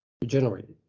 regenerated